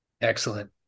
Excellent